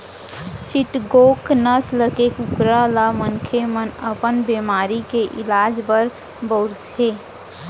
चिटगोंग नसल के कुकरा ल मनसे मन अपन बेमारी के इलाज बर बउरथे